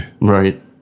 Right